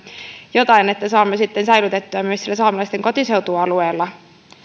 jotain että saamme säilytettyä myös siellä saamelaisten kotiseutualueella